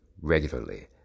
regularly